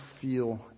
feel